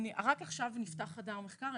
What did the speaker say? רק עכשיו נפתח חדר מחקר.